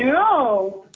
no.